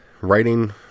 writing